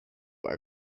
our